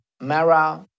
Mara